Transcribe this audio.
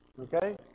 Okay